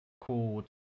called